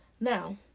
Now